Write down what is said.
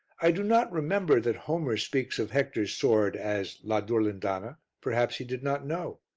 i do not remember that homer speaks of hector's sword as la durlindana perhaps he did not know.